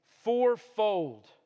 fourfold